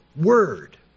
word